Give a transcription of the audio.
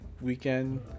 weekend